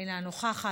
אינה נוכחת.